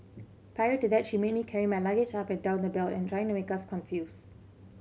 prior to that she made me carry my luggage up and down the belt and trying to make us confused